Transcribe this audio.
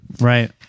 right